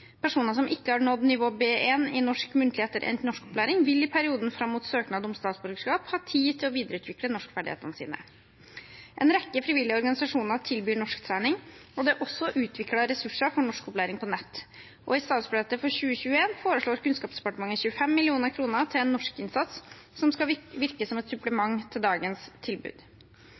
Personer som ikke har nådd nivå B1 i norsk muntlig etter endt norskopplæring, vil i perioden fram mot søknad om statsborgerskap ha tid til å videreutvikle norskferdighetene sine. En rekke frivillige organisasjoner tilbyr norsktrening, og det er også utviklet ressurser for norskopplæring på nett. I statsbudsjettet for 2021 foreslår Kunnskapsdepartementet 25 mill. kr til en norskinnsats, som skal virke som et supplement til dagens tilbud.